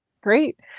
Great